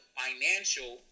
financial